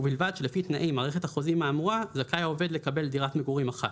ובלבד שלפי תנאי מערכת החוזים האמורה זכאי העובד לקבל דירת מגורים אחת,